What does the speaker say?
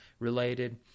related